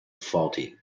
faulty